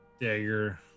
Dagger